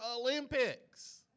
Olympics